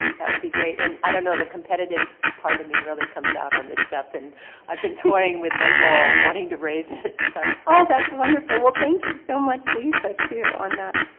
that would be great. and i don't know the competitive part of me really comes out on this stuff and. and i've been toying with my goal wanting to raise it so. oh that's wonderful. well thank you so much lisa too. on that.